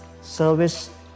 Service